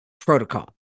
protocol